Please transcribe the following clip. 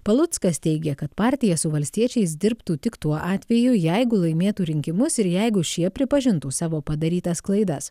paluckas teigia kad partija su valstiečiais dirbtų tik tuo atveju jeigu laimėtų rinkimus ir jeigu šie pripažintų savo padarytas klaidas